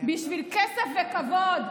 בשביל כסף וכבוד,